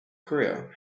korea